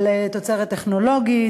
על תוצרת טכנולוגית,